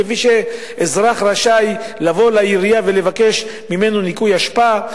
כפי שאזרח רשאי לבוא לעירייה ולבקש ממנה ניקוי אשפה,